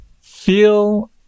feel